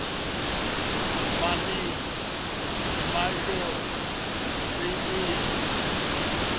Himani Himanshu Preeti